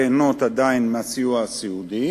הוא עדיין יוכל ליהנות מהסיוע הסיעודי,